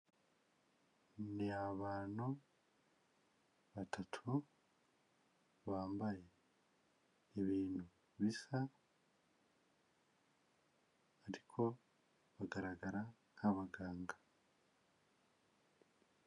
Ni abantu batatu bambaye ibintu bisa, ariko bagaragara nk'abaganga.